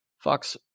Fox